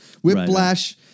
Whiplash